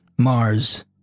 Mars